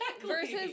Versus